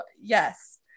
Yes